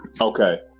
Okay